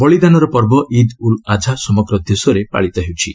ବଳିଦାନର ପର୍ବ ଇଦ୍ ଉଲ୍ ଆଝା ସମଗ୍ର ଦେଶରେ ପାଳିତ ହେଉଛି